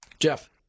Jeff